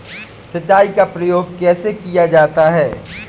सिंचाई का प्रयोग कैसे किया जाता है?